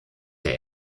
der